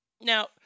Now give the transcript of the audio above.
Now